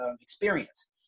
experience